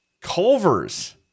Culver's